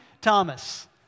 Thomas